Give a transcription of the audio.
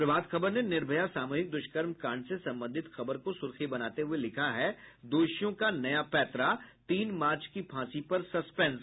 प्रभात खबर ने निर्भया सामूहिक दुष्कर्म काडं से संबंधित खबर को सुर्खी बनाते हुये लिखा है दोषियों का नया पैंतरा तीन मार्च की फांसी पर सस्पेंस